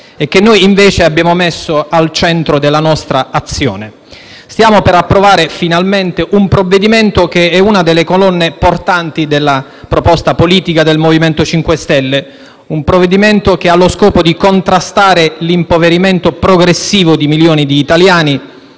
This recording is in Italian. e che noi, invece, abbiamo messo al centro della nostra azione. Stiamo finalmente per approvare un provvedimento che è una delle colonne portanti della proposta politica del MoVimento 5 Stelle; un provvedimento che ha lo scopo di contrastare l'impoverimento progressivo di milioni di italiani